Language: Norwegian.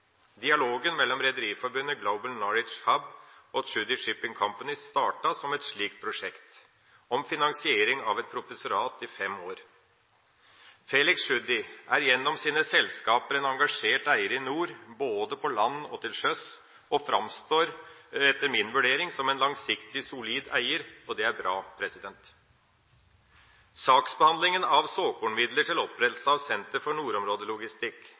Dialogen mellom Rederiforbundet, Global Maritime Knowledge Hub og Tscudi Shipping Company startet som et slikt prosjekt: om finansiering av et professorat i fem år. Felix Tschudi er gjennom sine selskaper en engasjert eier i nord, både på land og til sjøs, og framstår etter min vurdering som en langsiktig, solid eier, og det er bra. Saksbehandlinga av såkornmidler til opprettelse av Senter for nordområdelogistikk